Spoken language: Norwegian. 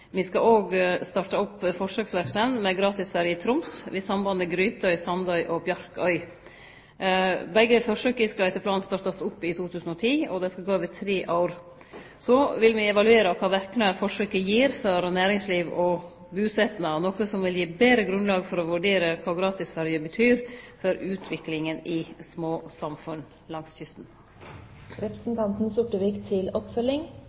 Me skal òg starte opp forsøksverksemd med gratisferje i Troms ved sambandet Grytøy, Sandsøy og Bjarkøy. Begge forsøka skal etter planen starte opp i 2010, og dei skal gå over tre år. Så vil me evaluere kva verknader forsøka gir for næringsliv og busetnad, noko som vil gi betre grunnlag for å vurdere kva gratis ferje tyder for utviklinga i små samfunn langs